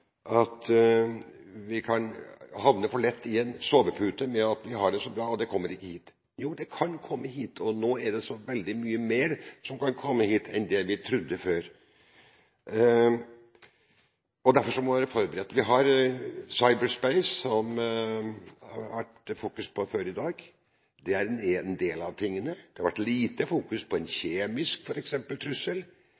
Jo, det kan komme hit, og nå er det så veldig mye mer som kan komme hit enn det vi trodde før. Derfor må vi være forberedt. Vi har cyberspace, som det har vært fokusert på før i dag. Det er den ene delen av tingene. Det har vært lite fokus på f.eks. en